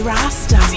Rasta